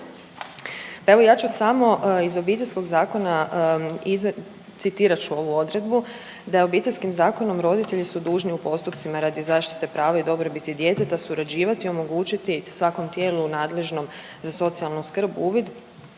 Evo ja ću samo iz Obiteljskog zakona iz…, citirat ću ovu odredbu, da Obiteljskim zakonom roditelji su dužni u postupcima radi zaštite prava i dobrobiti djeteta surađivati i omogućiti svakom tijelu nadležnom za socijalnu skrb uvid